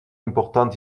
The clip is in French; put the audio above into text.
importante